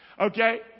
Okay